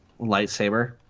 lightsaber